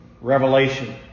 revelation